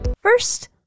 First